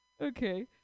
Okay